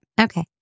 okay